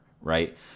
right